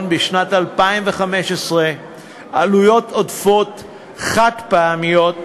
בשנת 2015 עלויות עודפות חד-פעמיות הנוגעות,